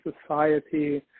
society